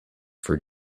for